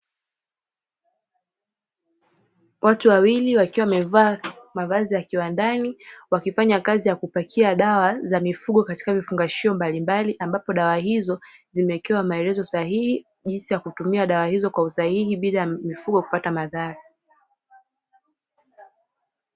Watu wawili wakiwa wamevaa mavazi ya kiwandani, wakifanya kazi ya kupakia dawa za mifugo katika vifungashio mbalimbali, ambapo dawa hizo zimewekewa maelezo sahihi, jinsi ya kutumia dawa hizo kwa usahihi bila mifugo kupata madhara.